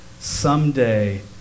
Someday